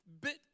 bit